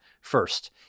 first